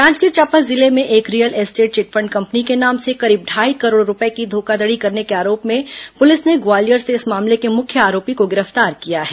जांजगीर चांपा जिले में एक रियल एस्टेट चिटफंड कंपनी के नाम से करीब ढाई करोड़ रूपये की धोखाधड़ी करने के आरोप में पुलिस ने ग्वालियर से इस मामले के मुख्य आरोपी को गिरफ्तार किया है